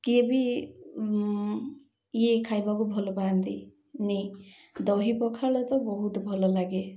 କିଏ ବି ଇଏ ଖାଇବାକୁ ଭଲ ପାଆନ୍ତିନିି ଦହି ପଖାଳ ତ ବହୁତ ଭଲ ଲାଗେ